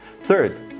Third